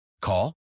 Call